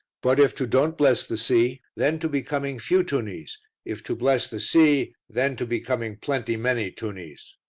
but if to don't bless the sea, then to be coming few tunnies if to bless the sea then to be coming plenty many tunnies.